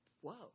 Whoa